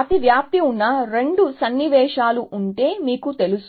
అతివ్యాప్తి ఉన్న రెండు సన్నివేశాలు ఉంటే మీకు తెలుసు